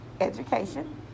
education